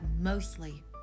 mostly